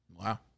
Wow